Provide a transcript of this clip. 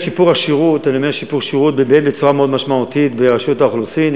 השירות השתפר בצורה משמעותית מאוד ברשות האוכלוסין.